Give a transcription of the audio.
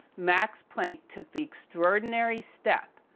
max planck took the extraordinary step,